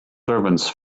servants